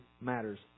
matters